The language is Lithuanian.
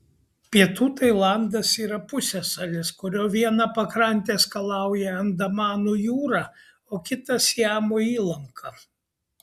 pietų tailandas yra pusiasalis kurio vieną pakrantę skalauja andamanų jūra o kitą siamo įlanka